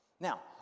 now